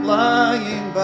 lying